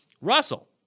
Russell